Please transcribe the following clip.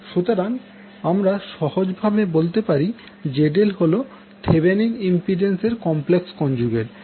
সুতরাং আমরা সহজ ভাবে বলতে পারি যে ZL হল থেভেনিন ইম্পিড্যান্স এর কমপ্লেক্স কনজুগেট